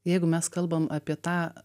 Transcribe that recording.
jeigu mes kalbam apie tą